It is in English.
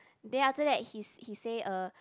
then after that he's he say uh